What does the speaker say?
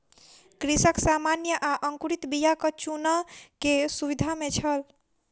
कृषक सामान्य आ अंकुरित बीयाक चूनअ के दुविधा में छल